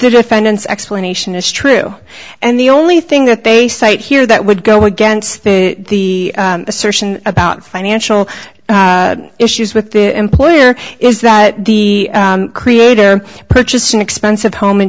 the defendants explanation is true and the only thing that they cite here that would go against the assertion about financial issues with the employer is that the creator purchased an expensive home in